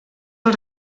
els